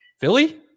Philly